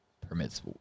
permits